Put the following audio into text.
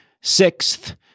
Sixth